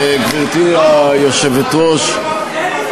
סימון תוצרת חקלאית שיוצרה במדינת ישראל),